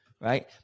right